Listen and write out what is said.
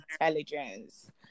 intelligence